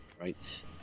Right